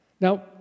Now